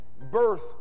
Birth